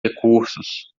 recursos